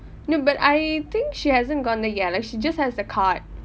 no but I think she hasn't gone the ya like she just has the card